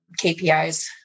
KPIs